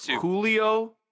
Julio